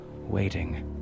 waiting